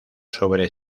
sobre